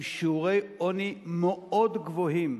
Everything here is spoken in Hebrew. עם שיעורי עוני מאוד גבוהים.